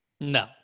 No